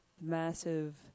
massive